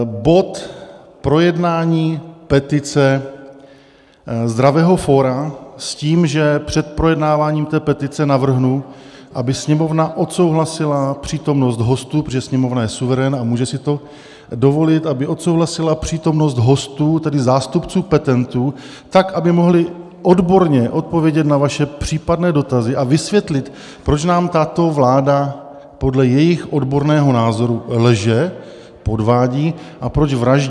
Bod Projednání petice Zdravého fóra s tím, že před projednáváním té petice navrhnu, aby Sněmovna odsouhlasila přítomnost hostů, protože Sněmovna je suverén a může si to dovolit, aby odsouhlasila přítomnost hostů, tedy zástupců petentů tak, aby mohli odborně odpovědět na vaše případné dotazy a vysvětlit, proč nám tato vláda podle jejich odborného názoru lže, podvádí a proč vraždí.